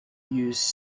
used